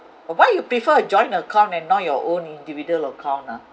why you prefer a joint account and not your own individual account ah